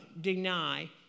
deny